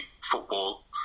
football